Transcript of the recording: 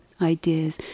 ideas